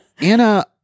Anna